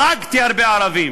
הרגתי הרבה ערבים,